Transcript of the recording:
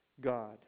God